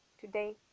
today